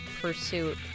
Pursuit